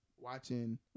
watching